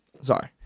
Sorry